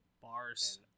Bars